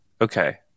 okay